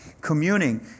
Communing